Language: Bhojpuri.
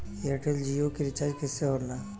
एयरटेल जीओ के रिचार्ज कैसे होला?